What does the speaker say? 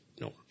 No